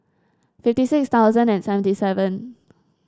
fifty six thousand and seventy seven